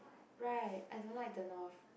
right I don't like the North